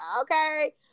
Okay